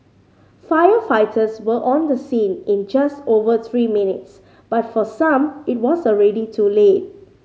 firefighters were on the scene in just over three minutes but for some it was already too late